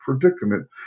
predicament